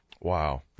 Wow